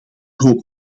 hoop